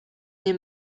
nie